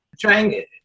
trying